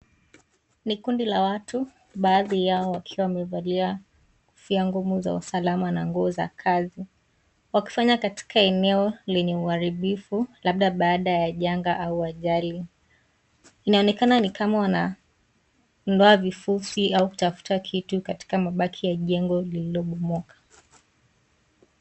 Ni kundi la watu, baadhi yao wakiwa wamevalia kofia ngumu za usalama na ngua za kazi wakifanya katika eneo lenye uharibifu labda baada ya janga au ajali, inaonekana ni kama wanaondoa vifusi au kutafuta kitu katika mabaki ya jengo lililobomoka.